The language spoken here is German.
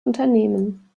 unternehmen